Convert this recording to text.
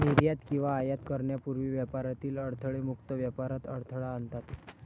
निर्यात किंवा आयात करण्यापूर्वी व्यापारातील अडथळे मुक्त व्यापारात अडथळा आणतात